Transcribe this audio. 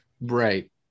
Right